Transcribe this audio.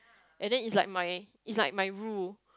and then it's like my it's like my rule